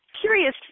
curious